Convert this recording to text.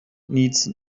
needs